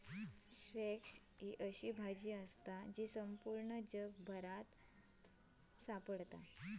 squash ही अशी भाजी हा जी संपूर्ण जगभर आढळता